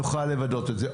נוכל לבנות את זה.